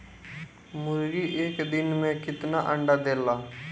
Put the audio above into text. मुर्गी एक दिन मे कितना अंडा देला?